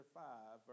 five